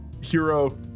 hero